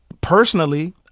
Personally